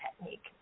technique